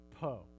Poe